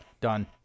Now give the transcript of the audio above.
Done